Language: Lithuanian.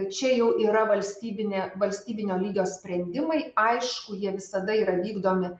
čia jau yra valstybinė valstybinio lygio sprendimai aišku jie visada yra vykdomi